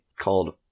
called